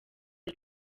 the